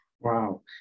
Wow